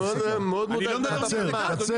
אני לא מדבר בלי הפסקה, אדוני.